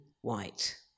white